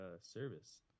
service